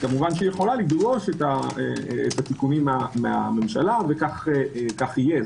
כמובן היא יכולה לדרוש את התיקונים מהממשלה וכך יהיה.